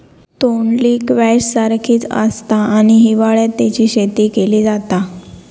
तोंडली स्क्वैश सारखीच आसता आणि हिवाळ्यात तेची शेती केली जाता